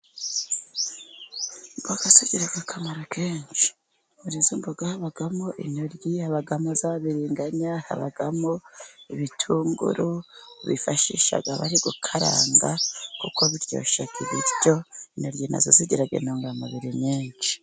Imboga zigira akamaro kenshi, muri izo mboga, habamo intoryi, habamo z'abirenganya, habamo ibitunguru bifashisha bari gukaranga kuko biryoshya ibiryo, intoryi nazo zigira intungamubiri nyinshi.